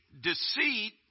deceit